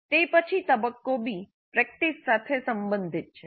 તે પછી તબક્કો બી 'પ્રેક્ટિસ' સાથે સંબંધિત છે